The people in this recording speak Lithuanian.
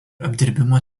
apdirbimo